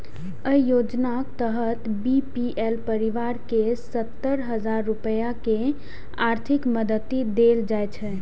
अय योजनाक तहत बी.पी.एल परिवार कें सत्तर हजार रुपैया के आर्थिक मदति देल जाइ छै